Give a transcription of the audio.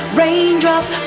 raindrops